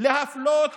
להפלות